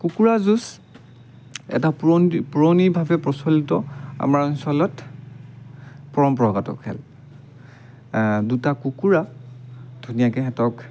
কুকুৰা যুঁজ এটা পুৰণি পুৰণিভাৱে প্ৰচলিত আমাৰ অঞ্চলত পৰম্পৰাগত খেল দুটা কুকুৰা ধুনীয়াকৈ হেঁতক